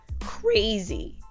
crazy